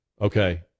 okay